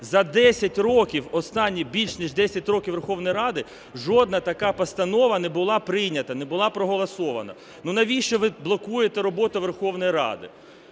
За десять років останніх, більш ніж десять років Верховної Ради жодна така постанова не була прийнята, не була проголосована. Навіщо ви блокуєте роботу Верховної Ради.